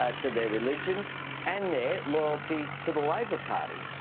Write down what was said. ah to their religion and their loyalty to the labor party.